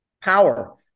power